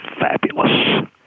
Fabulous